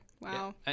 Wow